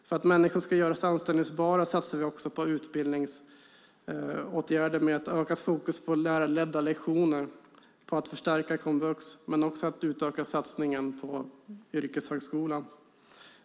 För att människor ska göras anställningsbara satsar vi på utbildningsåtgärder, med ett ökat fokus på lärarledda lektioner, på att förstärka komvux men också på att utöka satsningen på yrkeshögskolan.